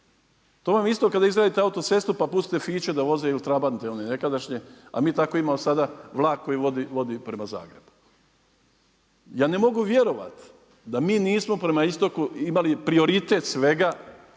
To vam je isto kao da izgradite autocestu pa pustite Fiću da voze ili trabante one nekadašnje a mi tako imamo sada vlak koji vodi prema Zagrebu. Ja ne mogu vjerovati da mi nismo prema istoku imali prioritet svega